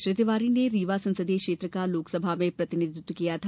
श्री तिवारी ने रीवा संसदीय क्षेत्र का लोकसभा में प्रतिनिधित्व किया था